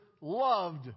loved